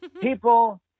People